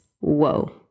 whoa